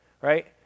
right